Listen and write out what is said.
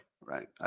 right